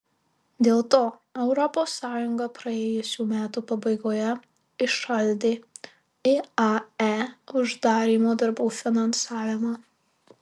dėl to europos sąjunga praėjusių metų pabaigoje įšaldė iae uždarymo darbų finansavimą